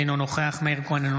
אינו נוכח מאיר כהן,